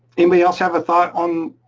anybody else have a thought on.